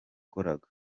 yakoraga